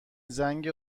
زنگ